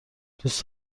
دوست